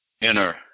inner